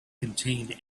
contained